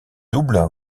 double